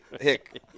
Hick